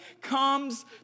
comes